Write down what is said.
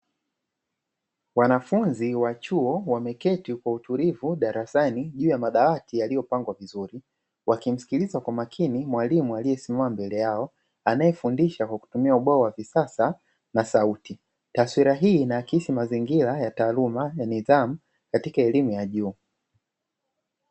Wanafunzi wa chuo wameketi kwa utulivu darasani juu ya madawati yaliyopangwa vizuri, wakimsikiliza kwa makini mwalimu aliyesimama mbele yao anayefundisha kwa kutumia ubora wa kisasa na sauti taswira hii na akisi mazingira ya taaluma ya nidhamu katika elimu ya juu.